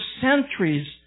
centuries